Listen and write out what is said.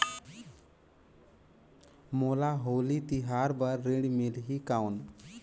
मोला होली तिहार बार ऋण मिलही कौन?